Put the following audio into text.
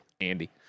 Andy